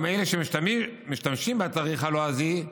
גם אלה שמשתמשים בתאריך הלועזי,